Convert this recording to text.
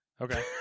Okay